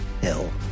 Hill